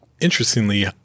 interestingly